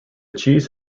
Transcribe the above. cheese